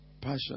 passion